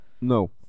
No